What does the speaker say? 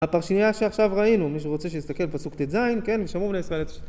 הפרשיה שעכשיו ראינו, מי שרוצה שיסתכל פסוק ט״ז, כן..